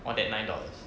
one that nine dollars